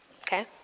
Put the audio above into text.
Okay